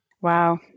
Wow